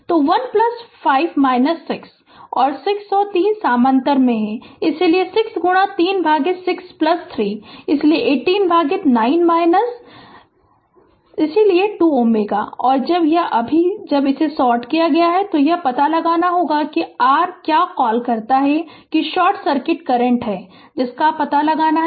तो 15 6 और 6 और 3 समानांतर हैं इसलिए 6 गुणा 3 भागित 63 इसलिए 18 भागित 9 इसलिए 2 Ω और जब यह अभी है जब इसे सॉर्ट किया गया है तो यह पता लगाना होगा कि r क्या कॉल करता है कि शॉर्ट सर्किट करंट है जिसका पता लगाना है